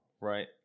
right